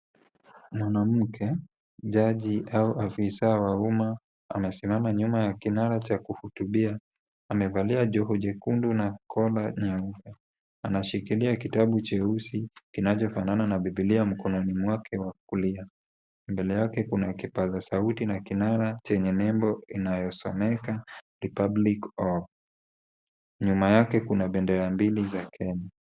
Mwanamke jaji au afisa wa umma amesimama nyuma ya kinara cha kuhutubia amevalia joho jekundu na kola nyeupe. Anashikilia kitabu cheusi kinachofanana na Biblia mkononi mwake wa kulia. Mbele yake kuna kipaza sauti na kinara chenye nembo inayosomeka Republic of . Nyuma yake kuna bendera mbili za Kenya.